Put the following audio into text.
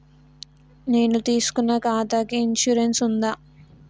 నేను తీసుకున్న ఖాతాకి ఇన్సూరెన్స్ ఉందా?